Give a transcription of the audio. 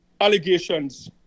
allegations